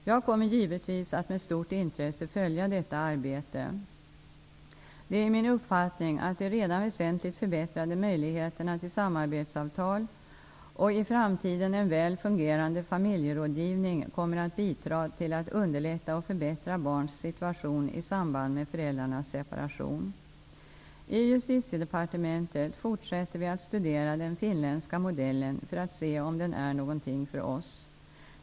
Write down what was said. Jag kommer givetvis att med stort intresse följa detta arbete. Det är min uppfattning att de redan väsentligt förbättrade möjligheterna till samarbetssamtal och i framtiden en väl fungerande familjerådgivning kommer att bidra till att underlätta och förbättra barns situation i samband med föräldrarnas separation. I Justitiedepartementet fortsätter vi att studera den finländska modellen för att se om den är någonting för oss.